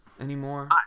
anymore